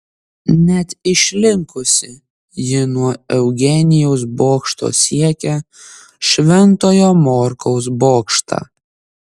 net išlinkusi ji nuo eugenijaus bokšto siekia šventojo morkaus bokštą